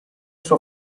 suo